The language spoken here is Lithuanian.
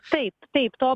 taip taip to